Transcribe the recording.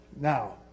Now